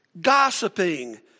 gossiping